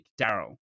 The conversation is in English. Daryl